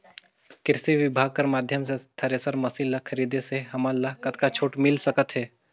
कृषि विभाग कर माध्यम से थरेसर मशीन ला खरीदे से हमन ला कतका छूट मिल सकत हे?